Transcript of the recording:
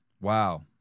Wow